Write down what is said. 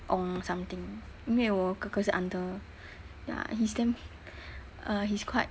ong something 因为我哥哥是 under ya he's damn uh he's quite